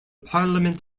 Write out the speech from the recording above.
parliament